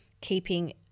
keeping